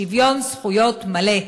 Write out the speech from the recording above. שוויון זכויות מלא.